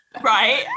Right